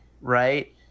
right